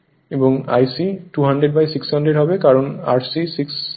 এবং Ic 200600 হবে কারণ Rc 600 Ohm হয়